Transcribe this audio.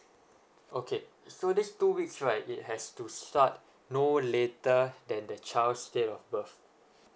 okay so this two weeks right it has to start no later than the child's date of birth